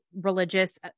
religious